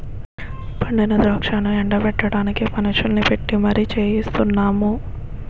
పండిన ద్రాక్షను ఎండ బెట్టడానికి మనుషుల్ని పెట్టీ మరి పనిచెయిస్తున్నాము